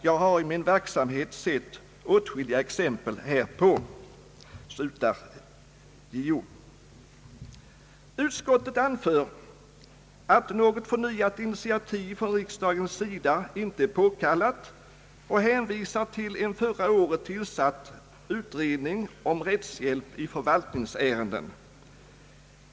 Jag har i min verksamhet sett åtskilliga exempel härpå.» Utskottet anför att något förnyat initiativ från riksdagens sida inte är påkallat och hänvisar till en förra året tillsatt utredning om rättshjälp i förvaltningsärenden.